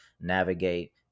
navigate